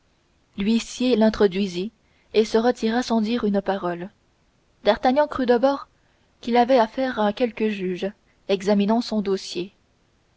l'huissier l'introduisit et se retira sans dire une parole d'artagnan crut d'abord qu'il avait affaire à quelque juge examinant son dossier